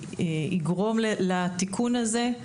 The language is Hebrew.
יגרום לתיקון הזה.